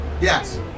Yes